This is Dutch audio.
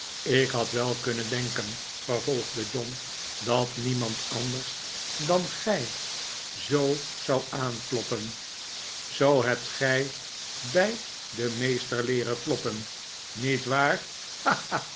ik had wel kunnen denken vervolgde john dat niemand anders dan gij zoo zou aankloppen zoo hebt gij bij den meester leeren kloppen niet waar